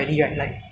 so I think like